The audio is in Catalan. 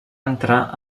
entrar